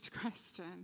question